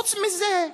חוץ מזה,